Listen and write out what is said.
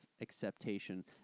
acceptation